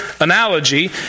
analogy